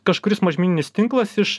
kažkuris mažmeninis tinklas iš